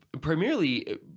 Primarily